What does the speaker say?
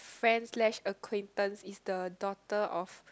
friends slash acquaintance is the daughter of